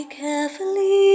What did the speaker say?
carefully